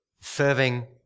Serving